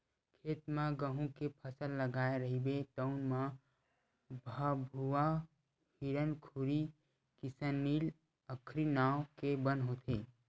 खेत म गहूँ के फसल लगाए रहिबे तउन म भथुवा, हिरनखुरी, किसननील, अकरी नांव के बन होथे